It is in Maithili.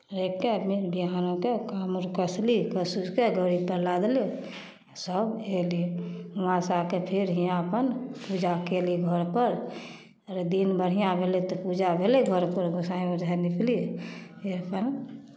राखि कऽ फेन विहान हो कऽ काँवर कसली कसि उसि कऽ डोरीपर लादली सभ अयली हुआँसँ आ कऽ फेर हिआँ अपन पूजा कयली घरपर अगर दिन बढ़िआँ भेलै तऽ पूजा भेलै दुआरिपर गोसाइँ ओसाइँ निपली फेर अपन